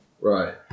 Right